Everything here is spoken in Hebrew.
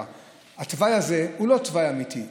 התוואי הזה אינו תוואי אמיתי.